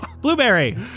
Blueberry